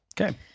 Okay